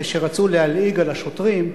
כשרצו להלעיג על השוטרים אמרו: